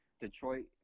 Detroit